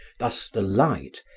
thus the light,